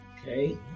Okay